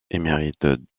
émérite